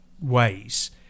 ways